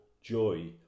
joy